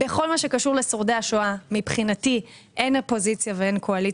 בכל הקשור לשורדי השואה מבחינתי אין אופוזיציה ואין קואליציה.